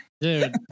Dude